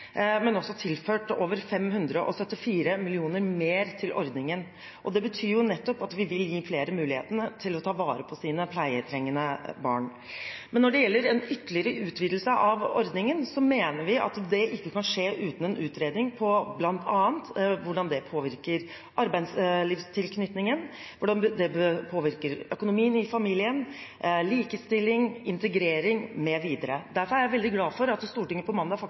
men også har tilført over 574 mill. kr mer til ordningen. Det betyr nettopp at vi vil gi flere muligheten til å ta vare på sine pleietrengende barn. Når det gjelder en ytterligere utvidelse av ordningen, mener vi at det ikke kan skje uten en utredning, bl.a. av hvordan det påvirker arbeidslivstilknytningen, hvordan det påvirker økonomien i familien samt likestilling og integrering mv. Derfor er jeg veldig glad for at Stortinget på mandag faktisk